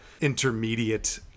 intermediate